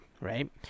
right